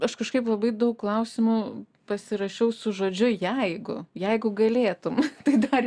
aš kažkaip labai daug klausimų pasirašiau su žodžiu jeigu jeigu galėtum tai dar